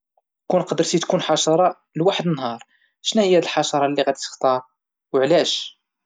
كون تقدر تكون حوتة لواحد النهار، شناهيا هاد الحوتة اللي غتدي تختار وعلاش؟